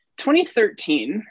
2013